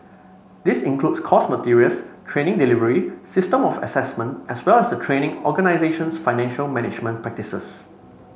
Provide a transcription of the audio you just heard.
this includes course materials training delivery system of assessment as well as the training organisation's financial management practices